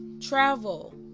travel